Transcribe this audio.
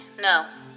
No